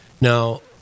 Now